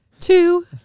two